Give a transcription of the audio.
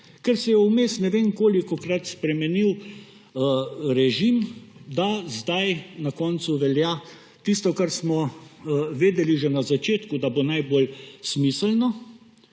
ker se je vmes ne vem kolikokrat spremenil režim, da na koncu velja tisto, za kar smo vedeli že na začetku, da bo najbolj smiselno